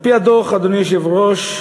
על-פי הדוח, אדוני היושב-ראש,